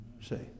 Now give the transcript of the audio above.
Say